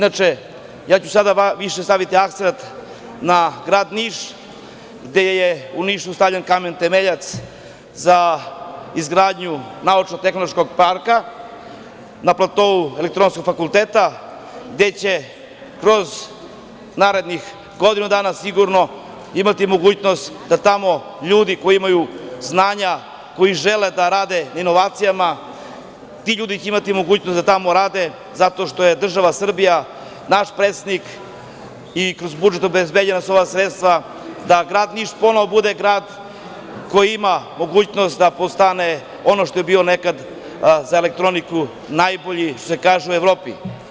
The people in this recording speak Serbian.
Sada ću više staviti akcenat na grad Niš, gde je u Nišu stavljen kamen temeljac za izgradnju naučno-tehnološkog parka, na platou Elektronskog fakulteta, gde će kroz narednih godinu dana sigurno imati mogućnost da tamo ljudi koji imaju znanja, koji žele da rade na inovacijama, ti ljudi će imati mogućnost da tamo rade zato što je država Srbija, naš predsednik i kroz budžet su obezbeđena sredstva da grad Niš ponovo bude grad koji ima mogućnost da postane ono što je bio nekad za elektroniku najbolji, što se kaže, u Evropi.